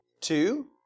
Two